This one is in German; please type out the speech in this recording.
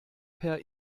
per